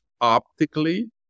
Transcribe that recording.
optically